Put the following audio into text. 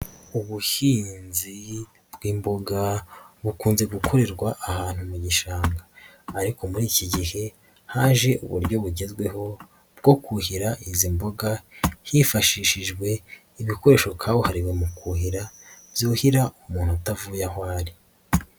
Ubuhinzi bw'imboga bukunze gukorerwa ahantu mu gishanga ariko muri iki gihe, haje uburyo bugezweho bwo kuhira izi mboga hifashishijwe ibikoresho kabuhariwe mu kuhira, byuhira umuntu utavuye aho ari.